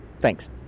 Thanks